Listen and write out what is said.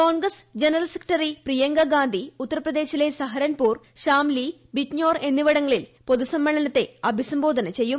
Congress general secretary Priyanka ് ഗാന്ധി ഉത്തർപ്രദേശിലെ സഹരൻപൂർ ഷാംലിക്ക് ബിജ്നോർ എന്നിവിടങ്ങളിൽ പൊതുസമ്മേളനത്തെ ആഭിസംബോധന ചെയ്യും